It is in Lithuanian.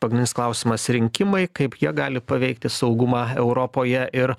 pagrindinis klausimas rinkimai kaip jie gali paveikti saugumą europoje ir